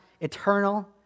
eternal